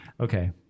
Okay